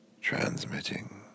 transmitting